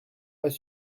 pas